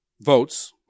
votes